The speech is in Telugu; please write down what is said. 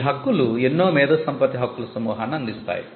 ఈ హక్కులు ఎన్నో మేధో సంపత్తి హక్కుల సమూహాన్ని అందిస్తాయి